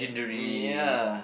mm ya